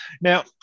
Now